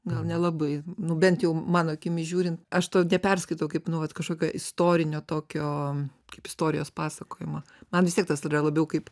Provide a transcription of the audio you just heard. gal nelabai nu bent jau mano akimis žiūrint aš to neperskaito kaip nu vat kažkokio istorinio tokio kaip istorijos pasakojimo man vis tiek tas yra labiau kaip